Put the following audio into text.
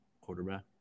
quarterback